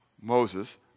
Moses